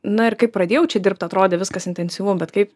na ir kaip pradėjau čia dirbt atrodė viskas intensyvu bet kaip